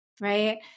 right